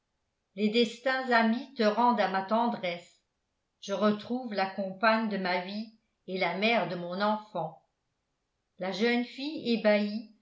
les destins amis te rendent à ma tendresse je retrouve la compagne de ma vie et la mère de mon enfant la jeune fille ébahie